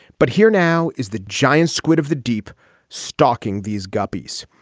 but here now is the giant squid of the deep stocking, these guppies.